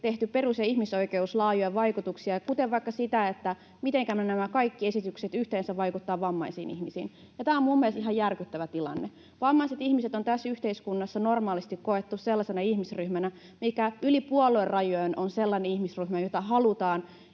perus- ja ihmisoikeuksien laajoja vaikutusarviointeja, kuten sitä, mitenkä nämä kaikki esitykset yhteensä vaikuttavat vammaisiin ihmisiin, ja tämä on minun mielestäni ihan järkyttävä tilanne. Vammaiset ihmiset on tässä yhteiskunnassa normaalisti koettu sellaisena ihmisryhmänä, mitä yli puoluerajojen halutaan